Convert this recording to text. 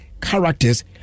characters